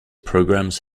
programmes